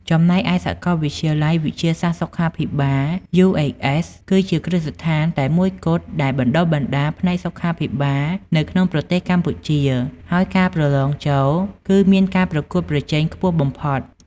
ចំណែកឯ សាកលវិទ្យាល័យវិទ្យាសាស្ត្រសុខាភិបាល UHS គឺជាគ្រឹះស្ថានតែមួយគត់ដែលបណ្ដុះបណ្ដាលផ្នែកសុខាភិបាលនៅក្នុងប្រទេសកម្ពុជា ហើយការប្រឡងចូលគឺមានការប្រកួតប្រជែងខ្ពស់បំផុត។